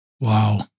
wow